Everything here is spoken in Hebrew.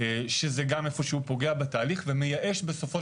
שזה גם איפשהו פוגע בתהליך ומייאש בסופו